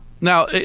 Now